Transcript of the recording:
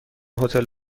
هتل